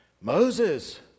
Moses